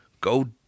go